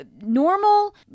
normal